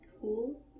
Cool